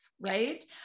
right